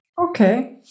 Okay